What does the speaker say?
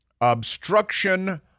obstruction